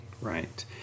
Right